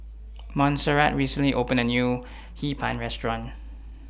Monserrat recently opened A New Hee Pan Restaurant